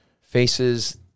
faces